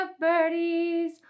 birdies